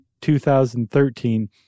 2013